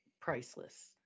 priceless